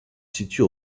situe